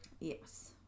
Yes